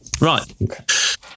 Right